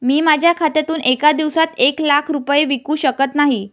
मी माझ्या खात्यातून एका दिवसात एक लाख रुपये विकू शकत नाही